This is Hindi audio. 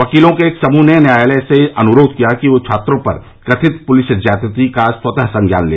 वकीलों के एक समूह ने न्यायालय से अनुरोध किया कि वह छात्रों पर कथित पुलिस ज्यादती का स्वतः संज्ञान ले